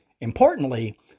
Importantly